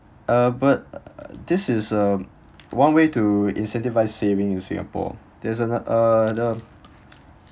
uh but this is uh one way to incentivize saving in singapore there's ano~ uh um